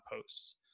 posts